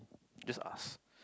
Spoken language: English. just ask